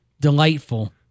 delightful